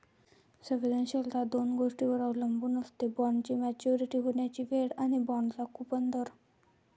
संवेदनशीलता दोन गोष्टींवर अवलंबून असते, बॉण्डची मॅच्युरिटी होण्याची वेळ आणि बाँडचा कूपन दर